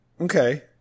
Okay